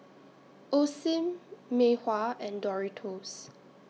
Osim Mei Hua and Doritos